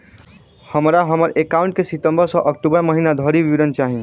हमरा हम्मर एकाउंट केँ सितम्बर सँ अक्टूबर महीना धरि विवरण चाहि?